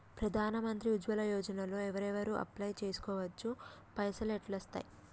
ప్రధాన మంత్రి ఉజ్వల్ యోజన లో ఎవరెవరు అప్లయ్ చేస్కోవచ్చు? పైసల్ ఎట్లస్తయి?